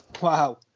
Wow